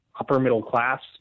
upper-middle-class